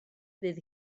fydd